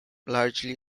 largely